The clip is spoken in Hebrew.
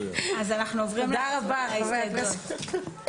תודה רבה, חבר הכנסת מקלב.